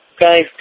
guys